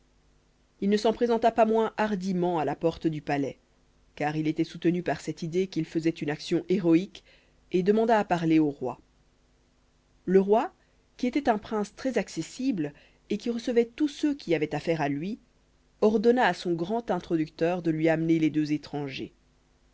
il ne s'en présenta pas moins hardiment à la porte du palais car il était soutenu par cette idée qu'il faisait une action héroïque et demanda à parler au roi le roi qui était un prince très accessible et qui recevait tous ceux qui avaient affaire à lui ordonna à son grand introducteur de lui amener les deux étrangers